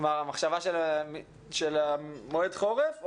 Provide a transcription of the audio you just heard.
המחשבה של המועד חורף,